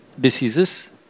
diseases